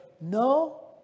no